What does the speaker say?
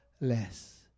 less